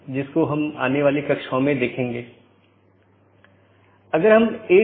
इन साथियों के बीच BGP पैकेट द्वारा राउटिंग जानकारी का आदान प्रदान किया जाना आवश्यक है